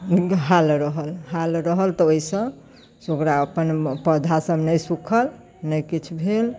नीक हाल रहल हाल रहल तऽ ओहिसँ ओकरा अपन पौधासब नहि सुखल नहि किछु भेल